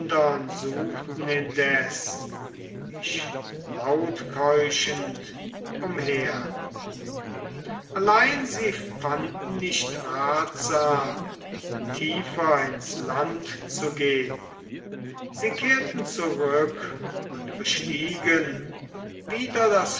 suchten indessen mich lautkeuchend umher allein sie fanden nicht ratsam tiefer ins land zu gehn sie kehrten zurück und bestiegen wieder das